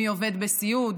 מי עובד בסיעוד?